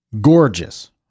gorgeous